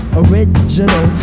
original